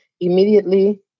Immediately